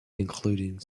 including